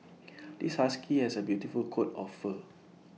this husky has A beautiful coat of fur